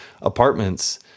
apartments